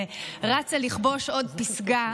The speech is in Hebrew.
ורצה לכבוש עוד פסגה.